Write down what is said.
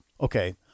okay